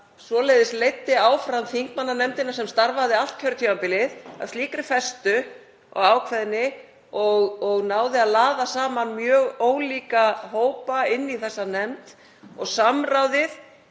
sem leiddi áfram þingmannanefndina sem starfaði allt kjörtímabilið af slíkri festu og ákveðni og náði að laða saman mjög ólíka hópa inn í þessa nefnd. Samráðið